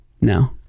no